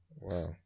wow